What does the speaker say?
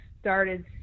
started